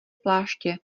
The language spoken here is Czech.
pláště